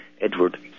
Edward